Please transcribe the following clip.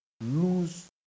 lose